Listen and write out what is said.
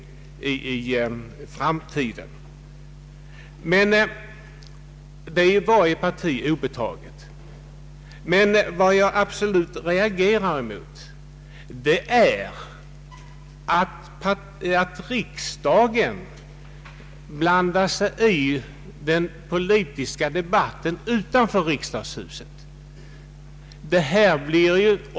Det är ju varje parti obetaget. Vad jag absolut reagerar emot är att riksdagen blandar sig i den politiska debatten utanför riksdagshuset.